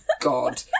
god